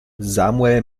samuel